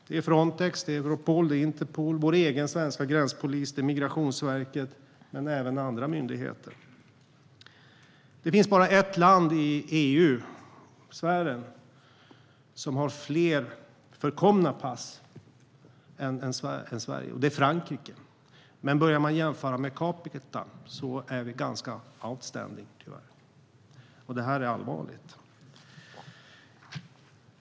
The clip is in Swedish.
Det är Frontex, Europol, Interpol, vår svenska gränspolis och Migrationsverket men även andra myndigheter. Det finns bara ett land i EU-sfären som har fler förkomna pass än Sverige. Det är Frankrike. Men börjar man jämföra per capita är vi ganska outstanding. Det är allvarligt.